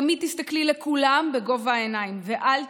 תמיד תסתכלי לכולם בגובה העיניים ואל תשכחי,